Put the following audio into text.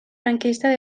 franquista